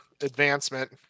advancement